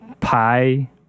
pie